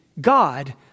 God